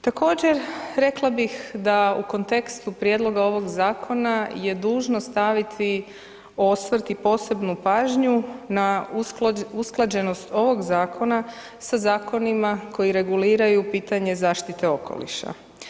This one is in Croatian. Također rekla bih da u kontekstu prijedloga ovog zakona je dužno staviti osvrt i posebnu pažnju na usklađenost ovog zakona sa zakonima koji reguliraju pitanje zaštite okoliša.